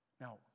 Now